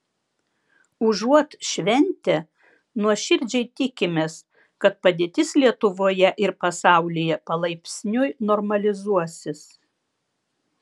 užuot šventę nuoširdžiai tikimės kad padėtis lietuvoje ir pasaulyje palaipsniui normalizuosis